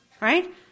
right